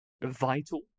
vital